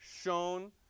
shown